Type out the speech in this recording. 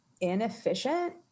inefficient